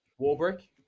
Warbrick